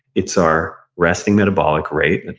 it's our resting metabolic rate,